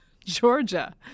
Georgia